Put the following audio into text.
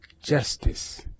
justice